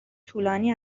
طولانی